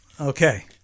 Okay